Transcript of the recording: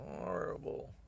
horrible